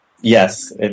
Yes